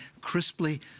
crisply